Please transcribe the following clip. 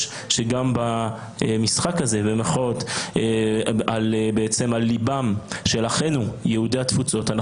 שגם ב"משחק" הזה על ליבם של אחינו יהודי התפוצות,